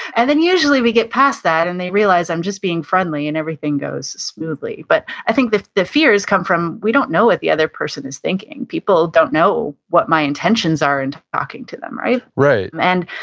and then usually we get past that and they realize i'm just being friendly and everything goes smoothly, but i think that the fears come from we don't know what the other person is thinking. people don't know what my intentions are in talking to them, right? right and,